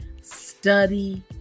Study